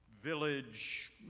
village